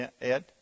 Ed